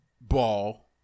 ball